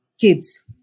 kids